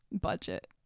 budget